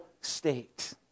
state